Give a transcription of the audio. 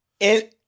And-